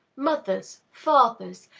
mothers, fathers!